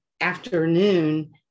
afternoon